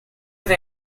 they